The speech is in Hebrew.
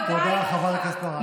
תודה, חברת הכנסת מראענה.